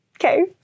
Okay